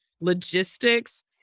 logistics